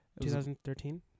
2013